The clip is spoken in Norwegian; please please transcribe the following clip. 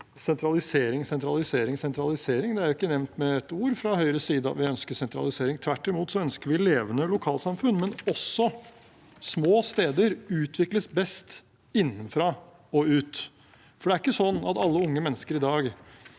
«sentralisering, sentralisering, sentralisering». Det er ikke nevnt med ett ord fra Høyres side at vi ønsker sentralisering. Tvert imot ønsker vi levende lokalsamfunn, men også små steder utvikles best innenfra og ut. Det er ikke slik at alle unge mennesker i dag